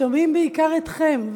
שומעים בעיקר אתכם,